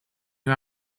you